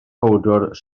powdwr